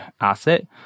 asset